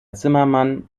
zimmermann